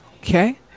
Okay